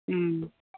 ओम